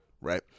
Right